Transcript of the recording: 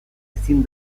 ezin